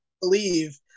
believe